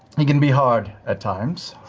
he can be hard at times.